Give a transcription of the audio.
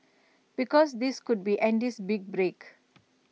because this could be Andy's big break